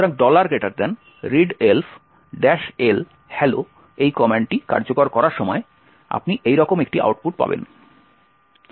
সুতরাং readelf L hello এই কমান্ডটি কার্যকর করার সময় আপনি এইরকম একটি আউটপুট পাবেন